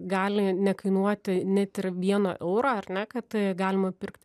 gali nekainuoti net ir vieno euro ar ne kad galima pirkt